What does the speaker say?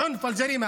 האלימות